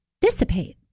dissipate